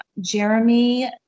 Jeremy